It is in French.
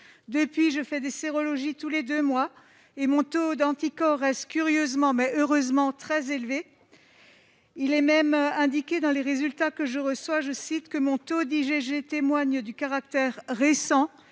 je fais, depuis, des sérologies tous les deux mois. Et mon taux d'anticorps reste curieusement, mais heureusement, très élevé. Il est même indiqué, dans les résultats que je reçois, que mon taux d'immunoglobuline G (IgG) « témoigne du caractère récent